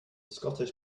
scottish